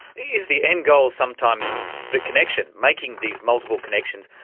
is the end goal sometimes the connection, making these multiple connections,